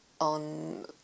on